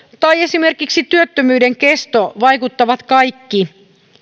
tai esimerkiksi työttömyyden kesto vaikuttavat kaikki